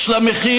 יש לה מחיר: